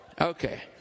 Okay